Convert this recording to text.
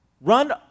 Run